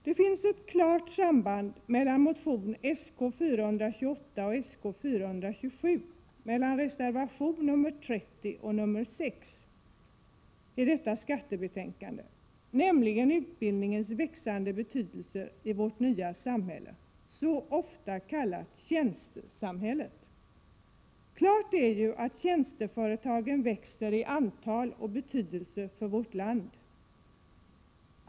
Det finns ett klart samband mellan motionerna Sk428 och Sk427, liksom mellan reservationerna nr 30 och nr 6 vid detta betänkande från skatteutskottet, nämligen utbildningens växande betydelse i vårt nya samhälle — som så ofta kallas tjänstesamhället. Klart är att tjänsteföretagen växer i antal och betydelse i vårt land.